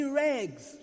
rags